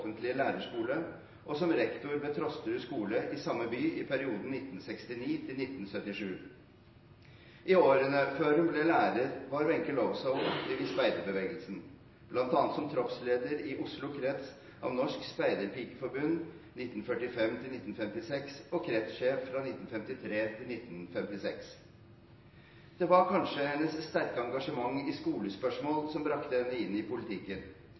lærerskole, og som rektor ved Trosterud skole i samme by i perioden 1969 til 1977. I årene før hun ble lærer, var Wenche Lowzow aktiv i speiderbevegelsen, bl.a. som troppsleder i Oslo krets av Norsk Speiderpikeforbund fra 1945 til 1956 og som kretssjef fra 1953 til 1956. Det var kanskje hennes sterke engasjement i skolespørsmål som brakte henne inn i politikken,